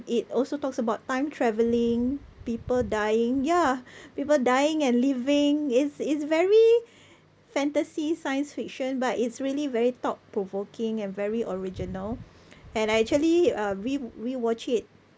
it also talks about time travelling people dying ya people dying and living it's it's very fantasy science fiction but it's really very thought-provoking and very original and I actually uh re~ rewatch it